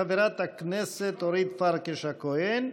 חברת הכנסת אורית פרקש הכהן,